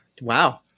Wow